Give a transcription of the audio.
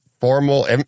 formal